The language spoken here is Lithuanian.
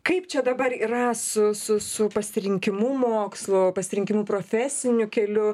kaip čia dabar yra su su su pasirinkimu mokslo pasirinkimu profesiniu keliu